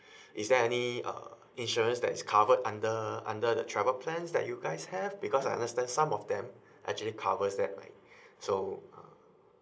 is there any uh insurance that is covered under under the travel plans that you guys have because I understand some of them actually covers that right so uh